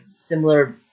similar